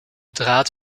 draad